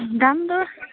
দাম দৰ